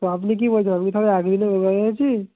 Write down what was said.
তো আপনি কী বলছেন আমি তাহলে একদিনে রোগা হয়ে গেছি